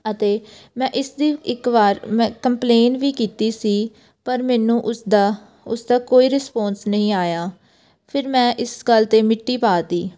ਅਤੇ ਮੈਂ ਇਸਦੀ ਇੱਕ ਵਾਰ ਮੈਂ ਕੰਪਲੇਨ ਵੀ ਕੀਤੀ ਸੀ ਪਰ ਮੈਨੂੰ ਉਸਦਾ ਉਸਦਾ ਕੋਈ ਰਿਸਪੋਂਸ ਨਹੀਂ ਆਇਆ ਫਿਰ ਮੈਂ ਇਸ ਗੱਲ 'ਤੇ ਮਿੱਟੀ ਪਾ ਤੀ